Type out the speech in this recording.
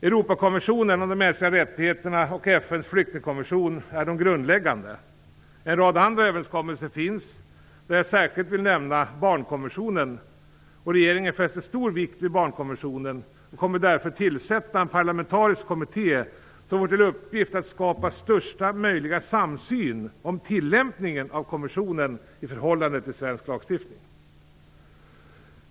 Europakonventionen om de mänskliga rättigheterna och FN:s flyktingkonvention är grundläggande. En rad andra överenskommelser finns, bland vilka jag särskilt vill nämna barnkonventionen. Regeringen fäster stor vikt vid den och kommer därför att tillsätta en parlamentarisk kommitté som får till uppgift att skapa största möjliga samsyn om tillämpningen av konventionen i förhållande till svensk lagstiftning.